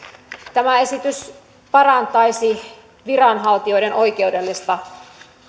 tämä esitys parantaisi viranhaltijoiden oikeudellista